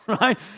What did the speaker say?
right